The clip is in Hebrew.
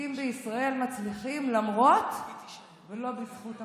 עסקים בישראל מצליחים למרות המדינה ולא בזכות המדינה.